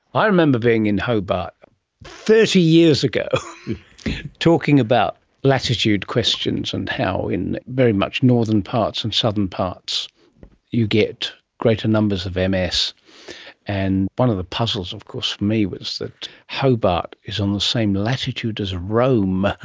i remember being in hobart thirty years ago talking about latitude questions and how in very much northern parts and southern parts you get greater numbers of um ms, and one of the puzzles of course me was that hobart is on the same latitude as rome,